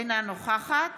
אינה נוכחת